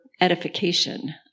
edification